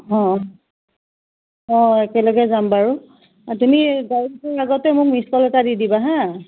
অ' অ' একেলগে যাম বাৰু অ' তুমি গাড়ীত আগতেই মোক মিছ কল এটা দি দিবা হা